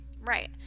Right